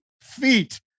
feet